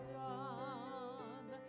done